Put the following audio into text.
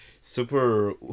super